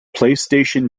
playstation